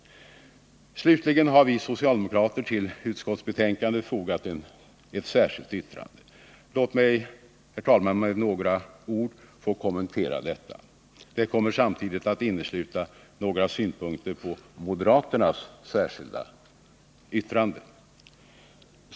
Slutligen har vi socialdemokrater till utskottsbetänkandet fogat ett särskilt yttrande, nr 2. Låt mig, herr talman, med några ord få kommentera detta. Det kommer samtidigt att innesluta några synpunkter på moderaternas särskilda yttrande.